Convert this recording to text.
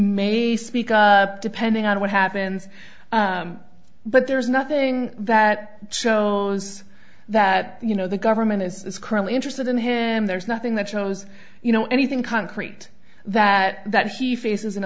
may speak depending on what happens but there's nothing that shows that you know the government is currently interested in him there's nothing that shows you know anything concrete that he faces an